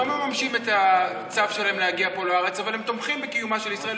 שלא מממשים את הצו שלהם להגיע לפה לארץ אבל הם תומכים בקיומה של ישראל,